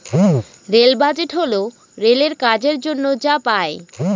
rail budget হল রেলের কাজের জন্য যা পাই